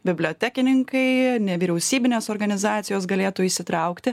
bibliotekininkai nevyriausybinės organizacijos galėtų įsitraukti